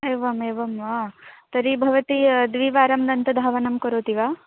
एवम् एवं वा तर्हि भवती द्विवारं दन्तधावनं करोति वा